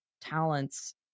talents